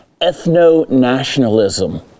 ethno-nationalism